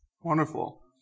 Wonderful